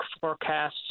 forecasts